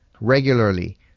regularly